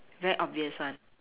very obvious [one]